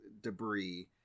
debris